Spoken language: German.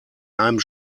einem